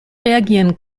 reagieren